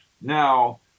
now